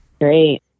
Great